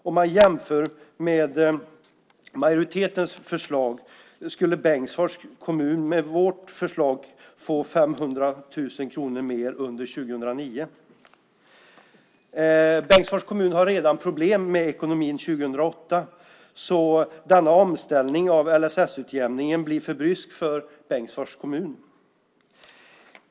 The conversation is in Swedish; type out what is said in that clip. Om man jämför vårt förslag med majoritetens förslag skulle Bengtsfors kommun få 500 000 mer under 2009. Bengtsfors kommun har redan nu, 2008, problem med ekonomin, så denna omställning av LSS-utjämningen blir för brysk för Bengtsfors kommun.